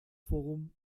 forum